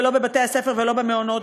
בבתי-ספר או במעונות.